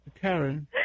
Karen